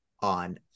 on